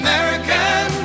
American